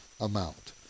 amount